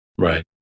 Right